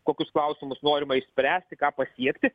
kokius klausimus norima išspręsti ką pasiekti